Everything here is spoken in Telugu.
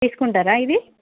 తీసుకుంటారా ఇది